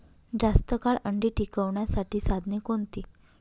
जास्त काळ अंडी टिकवण्यासाठी साधने कोणती?